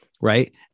right